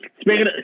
Speaking